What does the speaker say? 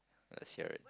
let's share it